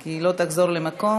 כי היא לא תחזור למקום.